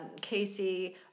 Casey